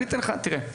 אחת.